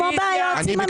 כמו ביועצים המשפטיים.